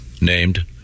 named